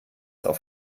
auf